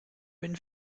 bin